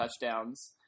touchdowns